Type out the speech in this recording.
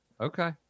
okay